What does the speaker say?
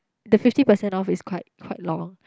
the fifty percent off is quite quite long